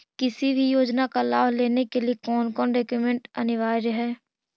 किसी भी योजना का लाभ लेने के लिए कोन कोन डॉक्यूमेंट अनिवार्य है?